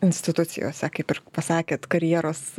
institucijose kaip ir pasakėt karjeros